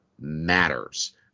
matters